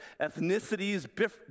ethnicities